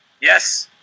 Yes